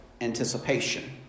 anticipation